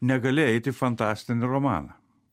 negali eiti į fantastinį romaną